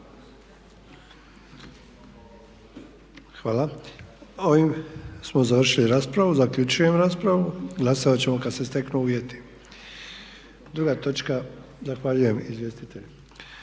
Hvala. Ovim smo završili raspravu. Zaključujem raspravu. Glasovati ćemo kada se steknu uvjeti. Zahvaljujem izvjestitelju.